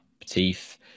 teeth